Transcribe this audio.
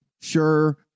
Sure